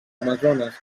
amazones